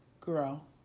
girl